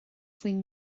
faoin